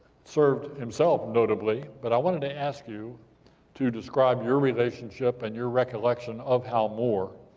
served himself, notably, but i want to ask you to describe your relationship, and your recollection, of hal moore.